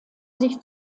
sich